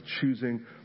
choosing